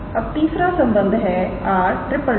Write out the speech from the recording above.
अब तीसरा संबंध है 𝑟⃛